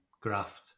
graft